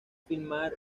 filmar